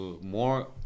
more